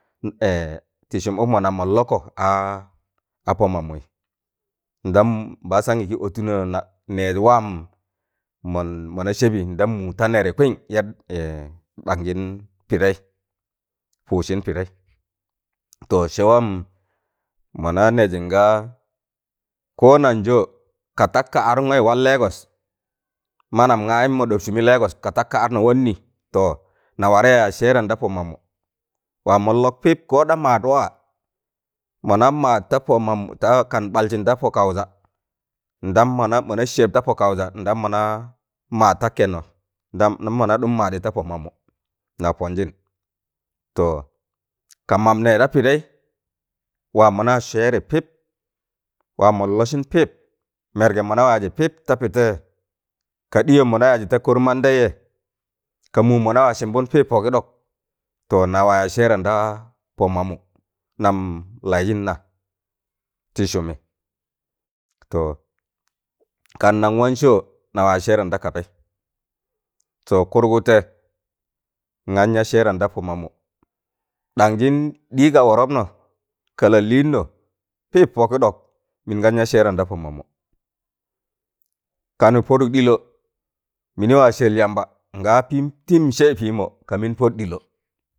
Tị sụm ụkmọ nam mọn lọkọ aa pọ mamụyị ndam mbasanị gị ọtụnọ na n nẹẹz waam mọn mọna sẹbị ndam mu ta nẹrị kwịn yad ɗangjịn pịdẹị pụụdsịn pịdẹị to sẹ waam mọna nẹẹjị ngaa ko nang jo ka tak ka adụngọị wan legos manam gaayịm mọ ɗọpị sụmi lagoṣ ka tak ka adungo wan nị to na warẹ yaz sẹẹra nda pọ mamụ waam mọn lọk pịb ko da maad waa mọna maad ta pọ mamụ ta kan ɓaljịn da pọ kaụza ndam mọna mọna sẹb ta pọ kaụza ndam mọna maad ta kẹnọ ndam mọna ɗụm maadị ta pọ mamu na pọnjịn to kam mam nẹẹ da pịdẹị waam mọnaa sẹẹrị pịp waam mọn lọsịn pịp mẹrgẹm mọna ya yaajị pịp ta pịtẹịyẹ ka ɗịyọm mọna yaajị da kọr mandẹyẹ ka mụụm mọna wa sịmbon pịp pọkị ɗọk to nawa yaaz sẹẹran da pọ mamụ nam laịjịn na tịsụmị to kan nan wan sọọ nawa yaaz sẹẹran da kabaị to kụrgụtẹ ngan ya sẹẹran da pọ mamụ ɗanjịn ɗị ga wọrọbnọ ka la lịịnnọ pịp pọkị ɗọk mịn gan ya sẹẹramda pọ mamụ kanụ pọdụk ɗịlọ mịnị waa sẹl yamba nga pịịm tịm sẹ pịịmọ kamin poɗ ɗịlọ.